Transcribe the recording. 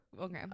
Okay